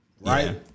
right